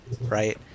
right